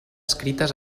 escrites